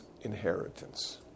inheritance